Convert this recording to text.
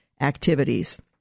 activities